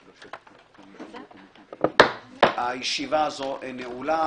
תודה רבה, הישיבה נעולה.